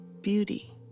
beauty